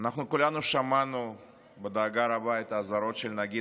כולנו שמענו בדאגה רבה את האזהרות של נגיד